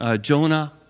Jonah